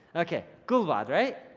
okay, gulwad, right?